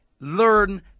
Learn